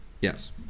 Yes